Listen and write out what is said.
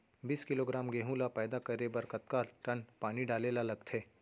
बीस किलोग्राम गेहूँ ल पैदा करे बर कतका टन पानी डाले ल लगथे?